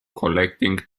collecting